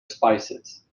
spices